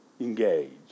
engage